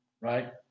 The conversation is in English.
right